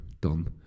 done